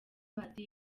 bazi